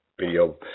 Video